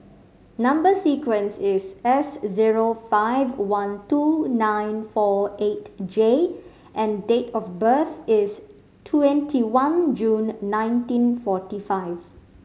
number sequence is S zero five one two nine four eight J and date of birth is twenty one June nineteen forty five